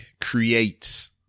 creates